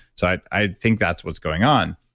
so i think that's what's going on.